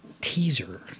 teaser